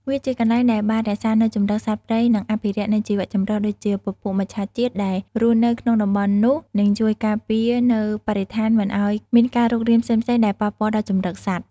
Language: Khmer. វាជាកន្លែងដែលបានរក្សានៅជម្រកសត្វព្រៃនិងអភិរក្សនៅជីវៈចម្រុះដូចជាពពួកមច្ឆាជាតិដែលរស់នៅក្នុងតំបន់នោះនិងជួយការពារនៅបរិស្ថានមិនឲ្យមានការរុករានផ្សេងៗដែលប៉ះពាល់ដល់ជម្រកសត្វ។